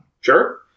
Sure